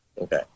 Okay